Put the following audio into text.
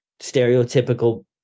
stereotypical